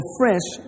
fresh